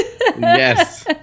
Yes